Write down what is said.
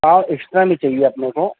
پاؤ extra میں چاہیے اپنے کو